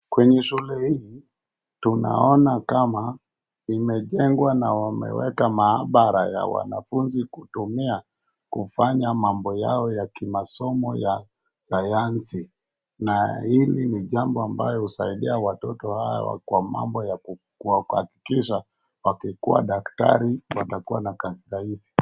Kwenye shule hii imejengwa na wameweka maabara ya wanafunzi kutumia kufanya mambo yao ya kimasomo ya sayansi na hili ni jambo ambayo husaidia watoto hawa kwa mambo ya kuhakikisha wakikuwa daktari watakuwa na kazi rahisi.